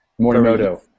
Morimoto